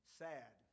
sad